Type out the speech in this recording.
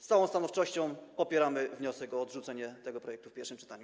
Z całą stanowczością popieramy wniosek o odrzucenie tego projektu w pierwszym czytaniu.